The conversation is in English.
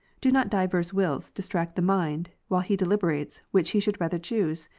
do not divers wills distract the mind, while he deliberates, which he should rather choose?